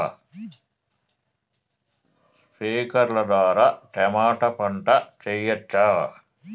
స్ప్రింక్లర్లు ద్వారా టమోటా పంట చేయవచ్చా?